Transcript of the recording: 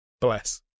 Bless